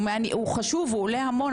הוא חשוב, הוא עולה המון.